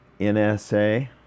NSA